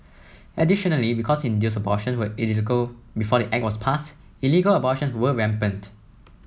additionally because induced abortion were illegal before the Act was pass illegal abortions were rampant